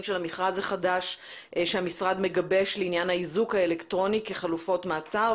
של המכרז החדש שהמשרד מגבש לעניין האיזוק האלקטרוני כחלופות מעצר,